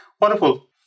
wonderful